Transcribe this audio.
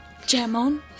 Jamon